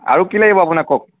আৰু কি লাগিব আপোনাক কওক